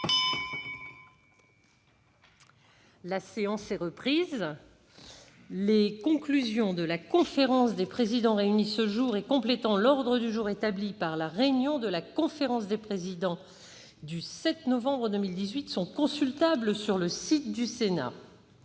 La séance est reprise. Les conclusions adoptées par la conférence des présidents réunie ce jour et complétant l'ordre du jour établi lors de la réunion de la conférence des présidents du 7 novembre 2018 sont consultables sur le site du Sénat.